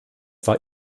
war